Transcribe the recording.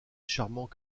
charmants